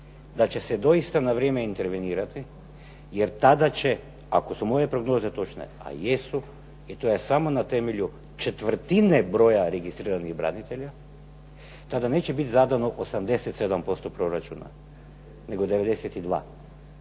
da će se doista na vrijeme intervenirati, jer tada će ako su moje prognoze točne a jesu, i to je samo na temelju četvrtine broja registriranih branitelja, tada neće biti zadano 87% proračuna, nego 92.